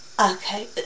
Okay